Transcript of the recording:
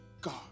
God